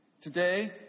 Today